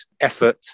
effort